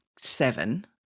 seven